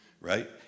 Right